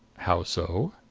how so?